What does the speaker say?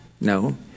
No